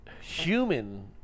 human